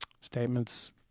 statements